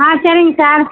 ஆ சரிங்க சார்